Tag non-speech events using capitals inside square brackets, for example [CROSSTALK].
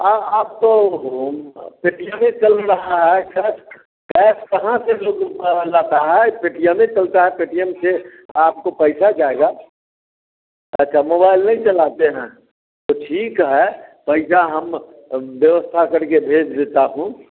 हाँ अब तो पेटीएम चल रहा है कैश कैश कहाँ से [UNINTELLIGIBLE] ला जाता है पेटीएम ही चलता है पेटीएम से आपको पैसा जाएगा अच्छा मोबाइल नहीं चलाते हैं तो ठीक है पैसा हम व्यवस्था कर के भेज देता हूँ